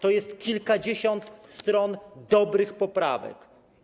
To jest kilkadziesiąt stron dobrych poprawek.